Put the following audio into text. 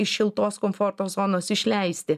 iš šiltos komforto zonos išleisti